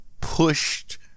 pushed